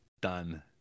Done